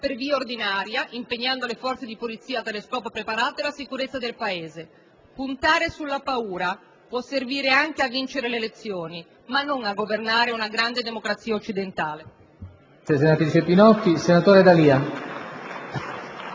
per via ordinaria, impegnando le forze di polizia a tale scopo preparate, la sicurezza. Puntare sulla paura può servire anche a vincere le elezioni, ma non a governare una grande democrazia occidentale.